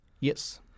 Yes